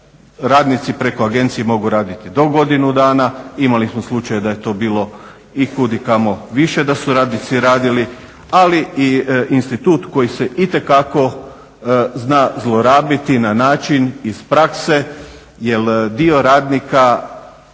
radnici preko agencije mogu raditi do godinu dana. Imali smo slučajeva da je to bilo i kud i kamo više da su radnici radili, ali i institut koji se itekako zna zlorabiti na način iz prakse jer dio radnika